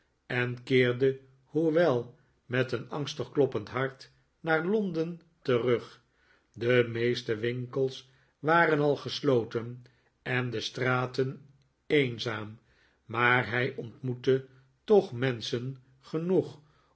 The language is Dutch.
en keerde hoewel met een angstig kloppend hart naar londen terug de meeste winkels waren al gesloten en de straten eenzaam maar hij ontmoette toch menschen genoeg